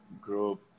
group